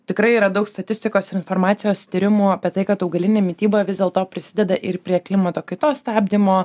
tikrai yra daug statistikos informacijos tyrimų apie tai kad augalinė mityba vis dėl to prisideda ir prie klimato kaitos stabdymo